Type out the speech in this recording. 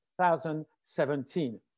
2017